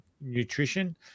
nutrition